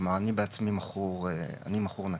כלומר אני בעצמי מכור נקי,